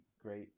great